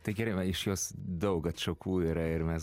tai girdime iš jos daug atšakų yra ir mes